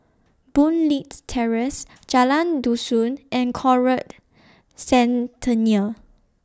Boon Leat Terrace Jalan Dusun and Conrad Centennial